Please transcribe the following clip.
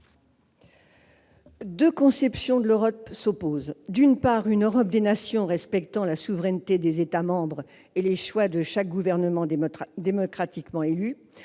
Deux conceptions de l'Europe s'opposent : d'une part, une Europe des nations respectant la souveraineté des états membres et les choix de chaque gouvernement démocratiquement élu